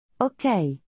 Okay